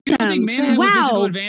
wow